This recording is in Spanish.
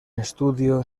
estudio